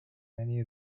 many